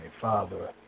Father